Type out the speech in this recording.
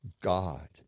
God